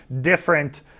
different